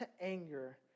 anger